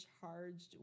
charged